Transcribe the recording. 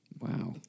Wow